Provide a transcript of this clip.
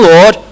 Lord